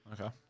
Okay